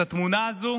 את התמונה הזו